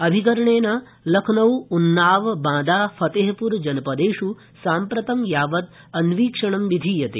अभिकरणेन लखनऊ उन्नाव बांदा फतेहपुर जनपदेषु साम्प्रतं यावत् अन्वीक्षणं विधीयते